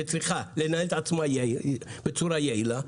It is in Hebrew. שצריכה לנהל את עצמה בצורה יעילה,